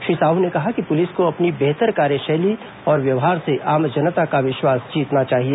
श्री साहू ने कहा कि पुलिस को अपनी बेहतर कार्यशैली और व्यवहार से आम जनता का विश्वास जीतना चाहिए